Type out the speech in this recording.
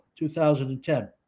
2010